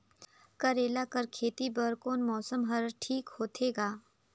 करेला कर खेती बर कोन मौसम हर ठीक होथे ग?